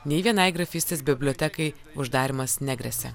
nei vienai grafystės bibliotekai uždarymas negresia